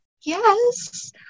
yes